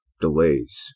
delays